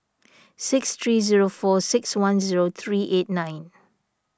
six three zero four six one zero three eight nine